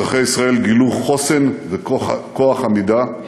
אזרחי ישראל גילו חוסן וכוח עמידה.